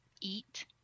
eat